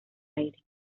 aire